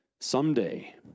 Someday